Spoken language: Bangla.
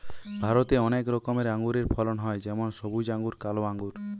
ভারতে অনেক রকমের আঙুরের ফলন হয় যেমন সবুজ আঙ্গুর, কালো আঙ্গুর